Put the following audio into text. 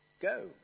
go